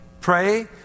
Pray